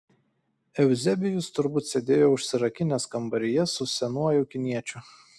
euzebijus turbūt sėdėjo užsirakinęs kambaryje su senuoju kiniečiu